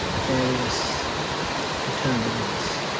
various determinants,